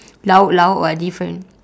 lauk lauk [what] different